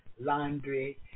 laundry